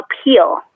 appeal